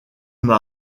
m’a